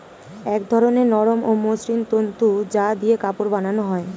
এক ধরনের নরম ও মসৃণ তন্তু যা দিয়ে কাপড় বানানো হয়